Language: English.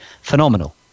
phenomenal